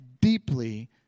deeply